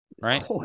right